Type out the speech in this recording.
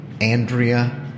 Andrea